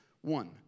One